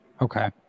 Okay